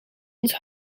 ons